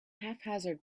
haphazard